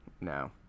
No